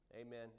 Amen